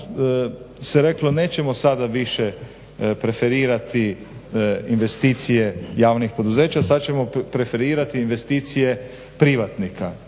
se reklo nećemo sada više preferirati investicije javnih poduzeća, sad ćemo preferirati investicije privatnika.